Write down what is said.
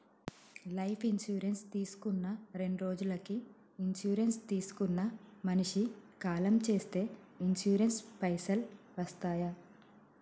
Life insurance తీసుకున్న రెండ్రోజులకి insurance తీసుకున్న మనిషి కాలం చేస్తే ఇన్సూరెన్స్ పైసల్ వస్తయా?